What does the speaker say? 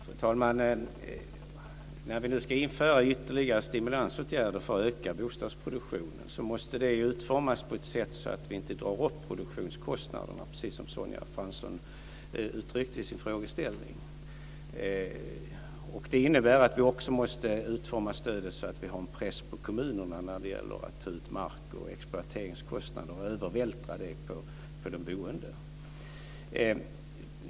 Fru talman! När vi nu ska införa ytterligare stimulansåtgärder för att öka bostadsproduktionen måste det utformas på ett sådant sätt att vi inte drar upp produktionskostnaderna, precis som Sonja Fransson uttryckte det i sin frågeställning. Det innebär att vi också måste utforma stödet så att vi har en press på kommunerna när det gäller att ta ut mark och exploateringskostnader och övervältra dessa på de boende.